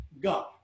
God